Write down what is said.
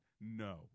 No